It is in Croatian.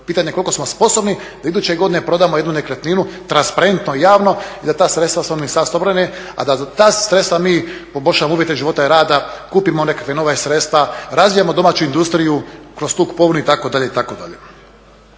pitanje koliko smo sposobni da iduće godine prodamo jednu nekretninu, transparentno, javno i da ta sredstva … Ministarstvo obrane, a da ta sredstva mi poboljšamo uvjete života i rada, kupimo nekakva nova sredstva, razvijamo domaću industriju kroz tu kupovinu, itd.,